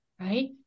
right